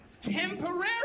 temporarily